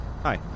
Hi